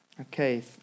Okay